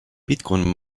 bitcoin